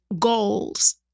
goals